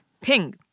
ping